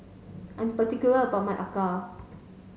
I'm particular about my Acar